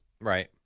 Right